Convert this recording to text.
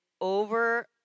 over